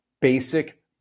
basic